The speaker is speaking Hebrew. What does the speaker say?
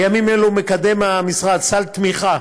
בימים אלו המשרד מקדם סל תמיכה